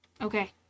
Okay